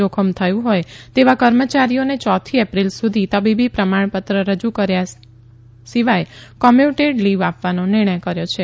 જોખમ થયું હોય તેવા કર્મચારીઓને યોથી એપ્રિલ સુધી તબીબી પ્રમાણપત્ર રજુ કર્યા સિવાય કોમ્યુટેડ રજા આપવાનો નિર્ણય કર્યો છે